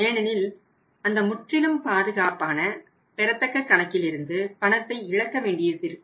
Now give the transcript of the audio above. ஏனெனில் அந்த முற்றிலும் பாதுகாப்பான பெறத்தக்க கணக்கிலிருந்து பணத்தை இழக்க வேண்டியதிருக்கும்